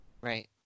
Right